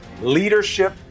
Leadership